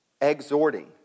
Exhorting